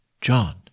John